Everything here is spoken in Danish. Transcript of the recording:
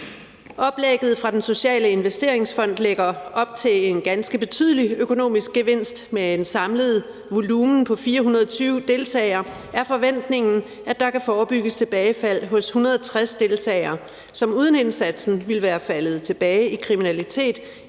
Oplægget fra Den Sociale Investeringsfond lægger op til en ganske betydelig økonomisk gevinst. Med en samlet volumen på 420 deltagere er forventningen, at der kan forebygges tilbagefald hos 160 deltagere, som uden indsatsen ville være faldet tilbage i kriminalitet